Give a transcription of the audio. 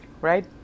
right